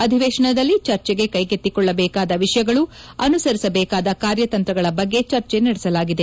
ಅಧಿವೇಶನದಲ್ಲಿ ಚರ್ಚೆಗೆ ಕೈಗೆತ್ತಿಕೊಳ್ಳಬೇಕಾದ ವಿಷಯಗಳು ಅನುಸರಿಸಬೇಕಾದ ಕಾರ್ಯತಂತ್ರಗಳ ಬಗ್ಗೆ ಚರ್ಚೆ ನಡೆಸಲಾಗಿದೆ